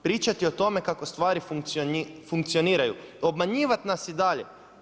Pričati o tome, kako stvari funkcioniraju, obmanjivati vas i dalje.